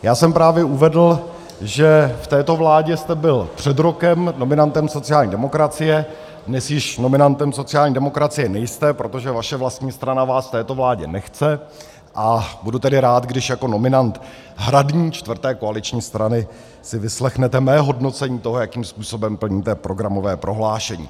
Já jsem právě uvedl, že v této vládě jste byl před rokem nominantem sociální demokracie, dnes již nominantem sociální demokracie nejste, protože vaše vlastní strana vás v této vládě nechce, a budu tedy rád, když jako nominant hradní čtvrté koaliční strany si vyslechnete mé hodnocení toho, jakým způsobem plníte programové prohlášení.